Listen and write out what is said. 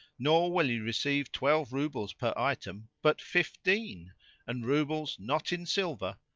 nor will you receive twelve roubles per item, but fifteen and roubles not in silver,